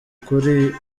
kuri